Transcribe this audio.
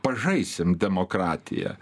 pažaisim demokratiją